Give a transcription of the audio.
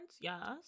Yes